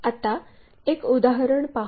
आता एक उदाहरण पाहू